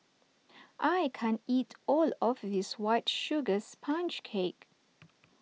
I can't eat all of this White Sugar Sponge Cake